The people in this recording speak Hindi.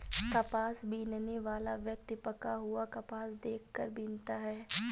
कपास बीनने वाला व्यक्ति पका हुआ कपास देख कर बीनता है